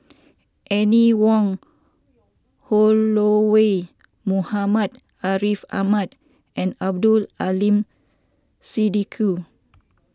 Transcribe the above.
Anne Wong Holloway Muhammad Ariff Ahmad and Abdul Aleem Siddique